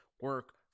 work